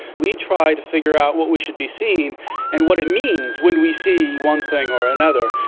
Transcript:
we try to figure out what we should be seeing and what it means when we see one thing or another.